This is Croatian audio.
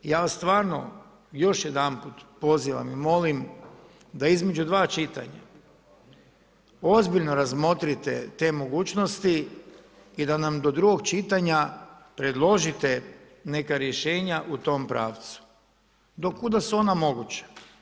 Ja vam stvarno, još jedanput, pozivam i molim, da između dva čitanja ozbiljno razmotrite te mogućnosti i da nam do drugog čitanja predložite neka rješenja u tom pravcu, do kud su ona moguća.